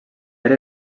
era